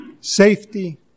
safety